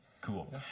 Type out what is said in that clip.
Cool